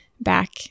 back